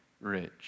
rich